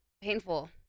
painful